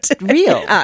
Real